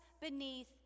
beneath